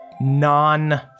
non